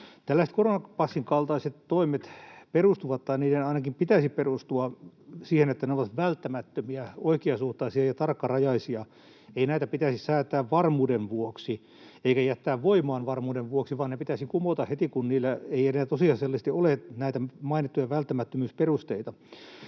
koronapassin kaltaiset toimet perustuvat, tai niiden ainakin pitäisi perustua, siihen, että ne ovat välttämättömiä, oikeasuhtaisia ja tarkkarajaisia. Ei näitä pitäisi säätää varmuuden vuoksi eikä jättää voimaan varmuuden vuoksi, vaan ne pitäisi kumota heti, kun niillä ei enää tosiasiallisesti ole näitä mainittuja välttämättömyysperusteita.